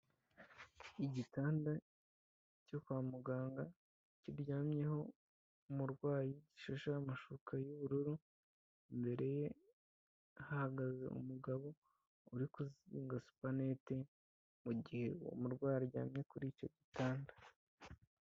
Igitanda cyo kwa muganga kiryamyeho umurwayi, gishasheho amashuka y'ubururu, imbere ye hahagaze umugabo uri kuzinga supaneti, mu gihe uwo murwayi aryamye kuri icyo gitanda.